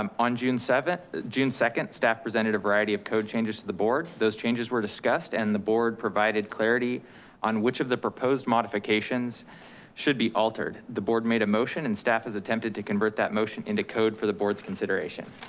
um on june second, staff presented a variety of code changes to the board. those changes were discussed and the board provided clarity on which of the proposed modifications should be altered. the board made a motion and staff has attempted to convert that motion into code for the board's consideration.